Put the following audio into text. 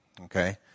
okay